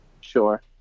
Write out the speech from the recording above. Sure